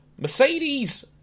Mercedes